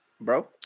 Bro